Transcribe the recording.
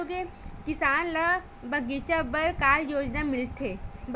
किसान ल बगीचा बर का योजना मिलथे?